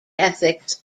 ethics